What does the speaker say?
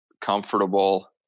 Comfortable